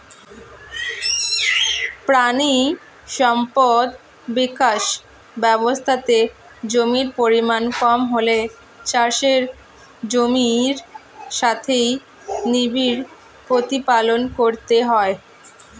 প্রাণী সম্পদ বিকাশ ব্যবস্থাতে জমির পরিমাণ কম হলে চাষের জমির সাথেই নিবিড় প্রতিপালন করতে হয়